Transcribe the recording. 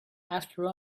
after